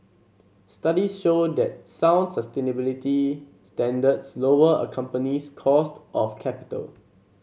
studies show that sound sustainability standards lower a company's cost of capital